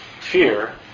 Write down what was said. fear